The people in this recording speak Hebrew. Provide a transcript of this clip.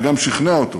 וגם שכנע אותו